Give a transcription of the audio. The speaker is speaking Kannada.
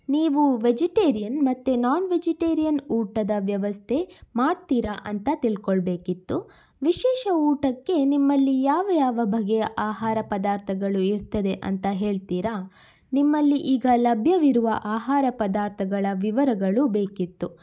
ನೀವು ವೆಜಿಟೇರಿಯನ್ ಮತ್ತು ನಾನ್ ವೆಜಿಟೇರಿಯನ್ ಊಟದ ವ್ಯವಸ್ಥೆ ಮಾಡ್ತೀರಾ ಅಂತ ತಿಳ್ಕೊಳ್ಬೇಕಿತ್ತು ವಿಶೇಷ ಊಟಕ್ಕೆ ನಿಮ್ಮಲ್ಲಿ ಯಾವ ಯಾವ ಬಗೆಯ ಆಹಾರ ಪದಾರ್ಥಗಳು ಇರ್ತದೆ ಅಂತ ಹೇಳ್ತೀರಾ ನಿಮ್ಮಲ್ಲಿ ಈಗ ಲಭ್ಯವಿರುವ ಆಹಾರ ಪದಾರ್ಥಗಳ ವಿವರಗಳು ಬೇಕಿತ್ತು